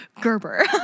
Gerber